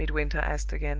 midwinter asked again,